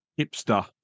hipster